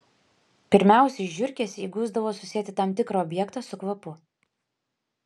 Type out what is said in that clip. pirmiausiai žiurkės įgusdavo susieti tam tikrą objektą su kvapu